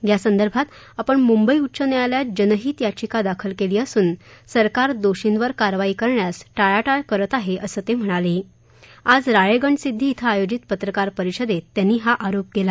यासंदर्भात आपण मुंबई उच्च न्यायालयात जनहित याचिका दाखल केली असुन सरकार दोषींवर कारवाई करण्यास टाळाटाळ करत आहे असं ते म्हणाले आज राळेगणसिद्दी इथं आयोजित पत्रकार परिषदेत त्यांनी हा आरोप केला